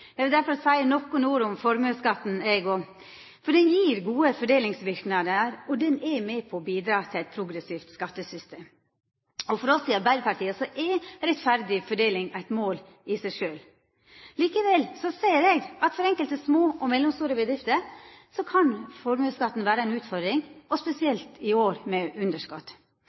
Eg vil difor seia nokre ord om formuesskatten, eg òg. Han gjev gode fordelingsverknader, og han er med på å bidra til eit progressivt skattesystem. For oss i Arbeidarpartiet er rettferdig fordeling eit mål i seg sjølv. Likevel ser eg at for enkelte små og mellomstore bedrifter kan formuesskatten vera ei utfordring, og spesielt i år med